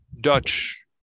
Dutch